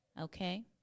Okay